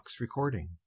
recording